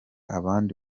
abandi